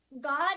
God